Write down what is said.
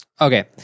Okay